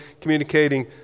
communicating